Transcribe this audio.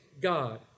God